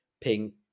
pink